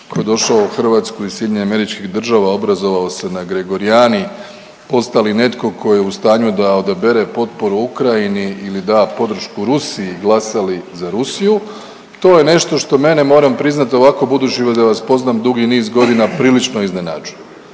ko je došao u Hrvatsku iz SAD-a i obrazovao se na Gregorijani, postali netko ko je u stanju da odabere potporu Ukrajini ili da podršku Rusiji glasali za Rusiju to je nešto što mene moram priznat ovako budući da vas poznam dugi niz godina prilično iznenađuje.